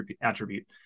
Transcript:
attribute